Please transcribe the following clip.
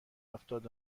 هفتاد